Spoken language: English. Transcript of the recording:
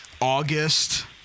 August